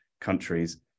countries